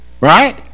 right